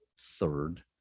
third